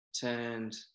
turned